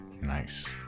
Nice